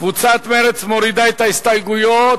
קבוצת מרצ מורידה את ההסתייגויות.